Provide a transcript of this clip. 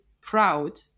proud